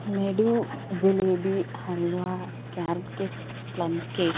laddu jalebi halwa carrot cake plum cake